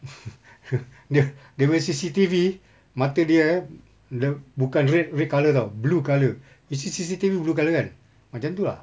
dia dia punya C_C_T_V mata dia dia bukan red red colour tahu blue colour you see C_C_T_V blue colour kan macam itu lah